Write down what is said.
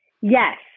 Yes